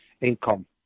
income